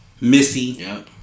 Missy